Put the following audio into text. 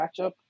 matchup